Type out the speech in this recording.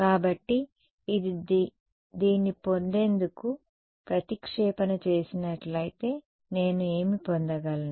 కాబట్టి దీని పొందేందుకు ప్రతిక్షేపణ చేసినట్లయితే నేను ఏమి పొందగలను